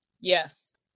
Yes